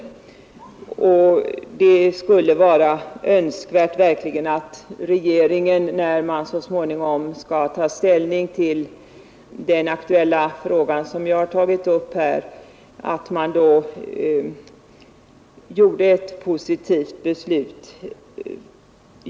Det skulle verkligen vara Önskvärt att regeringen, när den så småningom skall ta ställning till Alftafrågan som jag har tagit upp här, fattade ett positivt beslut.